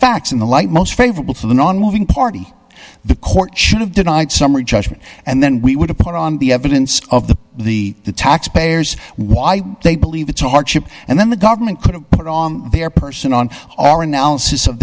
facts in the light most favorable to the nonmoving party the court should have denied summary judgment and then we would have put on the evidence of the the taxpayers why they believe it's a hardship and then the government could have it on their person on our analysis of